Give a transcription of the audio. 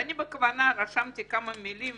ואני בכוונה רשמתי כמה מילים